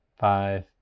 five